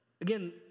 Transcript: again